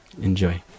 Enjoy